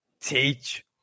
teach